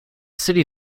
city